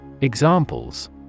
Examples